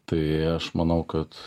tai aš manau kad